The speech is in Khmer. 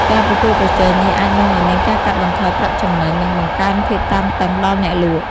ការប្រកួតប្រជែងនេះអាចនាំឱ្យមានការកាត់បន្ថយប្រាក់ចំណេញ និងបង្កើនភាពតានតឹងដល់អ្នកលក់។